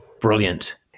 Brilliant